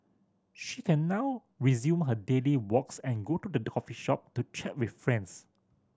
she can now resume her daily walks and go to the coffee shop to chat with friends